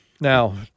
Now